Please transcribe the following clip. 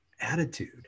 attitude